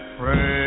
pray